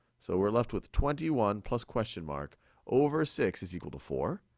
so we're left with twenty one plus question mark over six is equal to four.